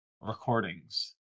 recordings